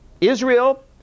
Israel